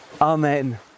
Amen